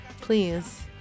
please